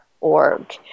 org